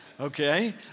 Okay